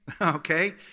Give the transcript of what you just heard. Okay